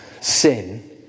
sin